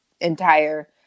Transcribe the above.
entire